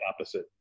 opposite